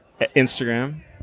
Instagram